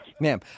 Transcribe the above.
Ma'am